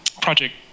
project